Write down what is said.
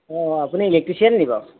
অঁ আপুনি ইলেক্ট্ৰিচিয়ান নেকি বাৰু